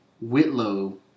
Whitlow